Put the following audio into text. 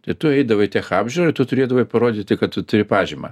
tai tu eidavai tech apžiūrą ir tu turėdavai parodyti kad turi pažymą